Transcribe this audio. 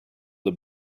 the